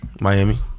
Miami